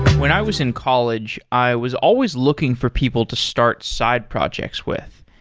when i was in college, i was always looking for people to start side projects with.